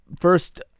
first